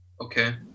Okay